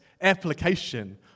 application